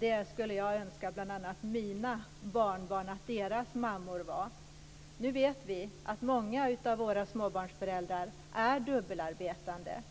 Det skulle jag önska för bl.a. mina barnbarn att deras mammor var. Nu vet vi att många av våra småbarnsföräldrar är dubbelarbetande.